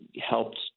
helped